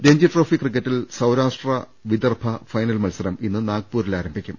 രഞ്ജിട്രോഫി ക്രിക്കറ്റിൽ സൌരാഷ്ട്ര വിദർഭ ഫൈനൽ മത്സരം ഇന്ന് നാഗ്പൂരിൽ ആരംഭിക്കും